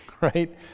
Right